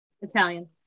italian